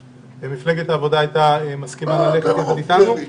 מפלגת העבודה הייתה מסכימה ללכת יחד אתנו.